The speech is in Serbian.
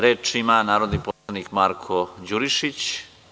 Reč ima narodni poslanik Marko Đurišić.